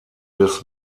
des